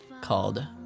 called